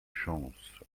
chance